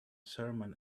sermon